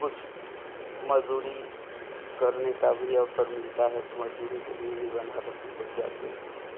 कुछ मजदूरी करने का भी अवसर मिलता है तो मजदूरी के लिए भी बनारस हम लोग जाते हैं